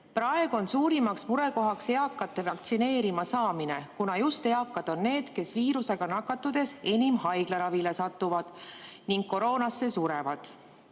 "Praegu on suurimaks murekohaks eakate vaktsineerima saamine, kuna just eakad on need, kes viirusega nakatudes enim haiglaravile satuvad ning koroonasse surevad."